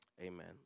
Amen